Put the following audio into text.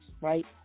right